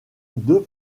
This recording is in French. deux